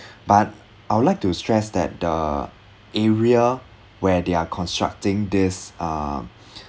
but I would like to stress that the area where they're constructing this um